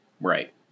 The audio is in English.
Right